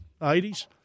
80s